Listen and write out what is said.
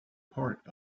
part